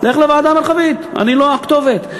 לך לוועדה המרחבית, אני לא הכתובת.